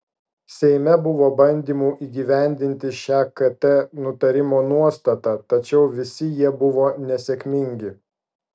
seime buvo bandymų įgyvendinti šią kt nutarimo nuostatą tačiau visi jie buvo nesėkmingi